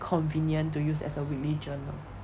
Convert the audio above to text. convenient to use as a weekly journal